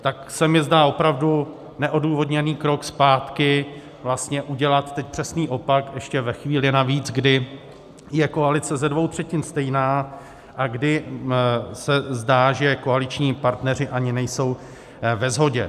Tak se mi zdá opravdu neodůvodněný krok zpátky, udělat teď přesný opak, ještě ve chvíli navíc, kdy je koalice ze dvou třetin stejná a kdy se zdá, že koaliční partneři ani nejsou ve shodě.